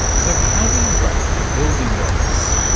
so how do you rate for building wellness?